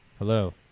Hello